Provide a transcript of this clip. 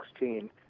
2016